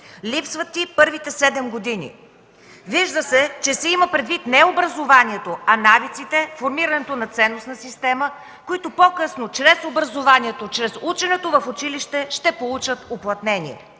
(Шум и реплики от ГЕРБ.) Вижда се, че се има предвид не образованието, а навиците, формирането на ценностна система, които по-късно, чрез образованието, чрез ученето в училище ще получат уплътнение.